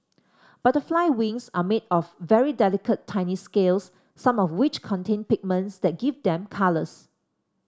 butterfly wings are made of very delicate tiny scales some of which contain pigments that give them colours